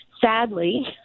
sadly